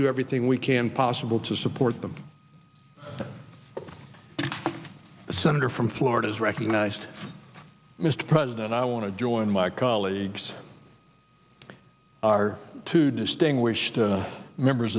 do everything we can possible to support the senator from florida is recognized mr president i want to join my colleagues our two distinguished members